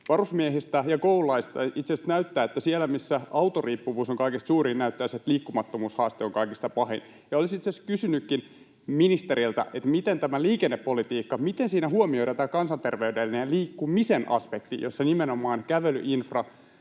varusmiehistä ja koululaisista itse asiassa näyttävät, että siellä, missä autoriippuvuus on kaikista suurin, näyttäisi, että liikkumattomuushaaste on kaikista pahin. Olisin itse asiassa kysynytkin ministeriltä, miten tässä liikennepolitiikassa huomioidaan tämä kansanterveydellinen liikkumisen aspekti, jossa nimenomaan kävelyinfra,